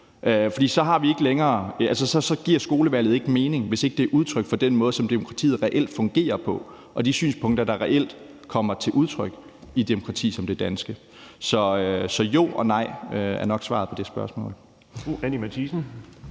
For skolevalget giver ikke mening, hvis det ikke er udtryk for den måde, som demokratiet reelt fungerer på, og de synspunkter, der reelt kommer til udtryk i et demokrati som det danske. Så jo og nej er nok svaret på det spørgsmål.